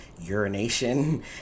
urination